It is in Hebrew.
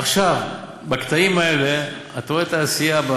עכשיו בקטעים האלה אתה רואה את העשייה,